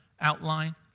outline